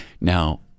Now